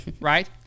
Right